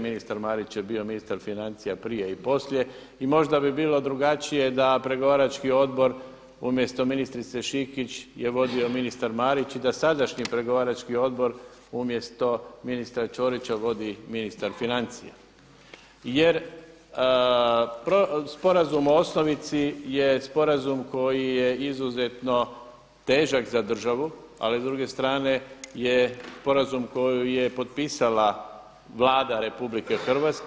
Ministar Marić je bio ministar financija prije i poslije i možda bi bilo drugačije da pregovarački odbor umjesto ministrice Šikić je vodio ministar Marić i da sadašnji pregovarački odbor umjesto ministra Ćorića vodi ministar financija jer sporazum o osnovici je sporazum koji je izuzetno težak za državu ali s druge strane je sporazum koji je potpisala Vlada RH.